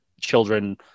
children